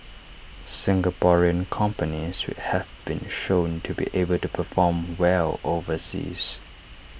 Singaporean companies have been shown to be able to perform well overseas